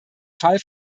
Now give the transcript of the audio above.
fall